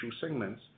segments